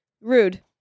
Rude